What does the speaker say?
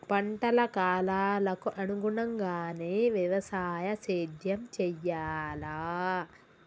పంటల కాలాలకు అనుగుణంగానే వ్యవసాయ సేద్యం చెయ్యాలా?